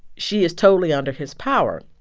she is totally under his power.